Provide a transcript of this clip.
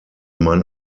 mann